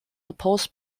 opposed